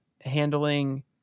handling